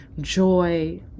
joy